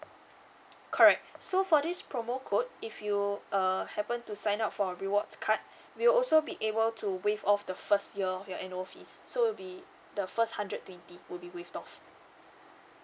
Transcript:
correct so for this promo code if you err happen to sign up for a rewards card we will also be able to waive off the first year of your annual fees so it will be the first hundred twenty will be waive off